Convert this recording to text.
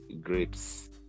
grapes